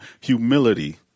humility